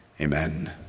Amen